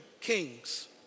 kings